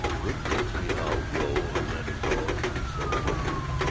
it gets me how rone and that fellow can be so poky.